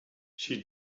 she